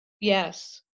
Yes